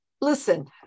listen